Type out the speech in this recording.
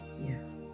Yes